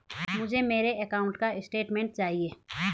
मुझे मेरे अकाउंट का स्टेटमेंट चाहिए?